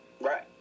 right